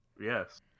Yes